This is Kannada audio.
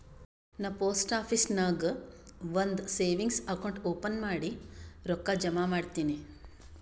ನಾ ಪೋಸ್ಟ್ ಆಫೀಸ್ ನಾಗ್ ಒಂದ್ ಸೇವಿಂಗ್ಸ್ ಅಕೌಂಟ್ ಓಪನ್ ಮಾಡಿ ರೊಕ್ಕಾ ಜಮಾ ಮಾಡಿನಿ